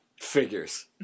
figures